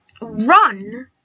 run